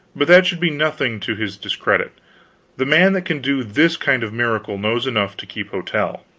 but that should be nothing to his discredit the man that can do this kind of miracle knows enough to keep hotel.